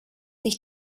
sich